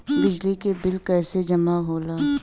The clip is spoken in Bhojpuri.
बिजली के बिल कैसे जमा होला?